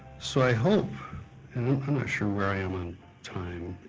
so i hope i'm not sure where i am on time.